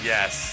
Yes